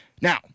Now